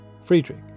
Friedrich